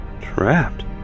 Trapped